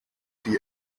die